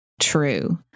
true